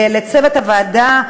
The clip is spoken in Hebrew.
לצוות הוועדה,